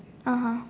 (uh huh)